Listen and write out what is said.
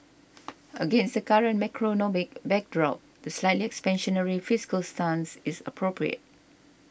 against the current macroeconomic backdrop the slightly expansionary fiscal stance is appropriate